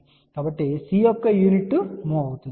కాబట్టి C యొక్క unit mho అవుతుంది